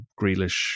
Grealish